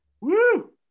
Woo